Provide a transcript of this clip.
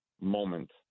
moment